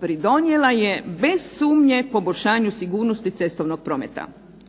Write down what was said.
pridonijela je bez sumnje poboljšanju sigurnosti cestovnog prometa.